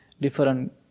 different